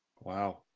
wow